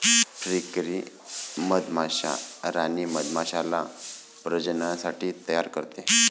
फ्रीकरी मधमाश्या राणी मधमाश्याला प्रजननासाठी तयार करते